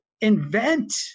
invent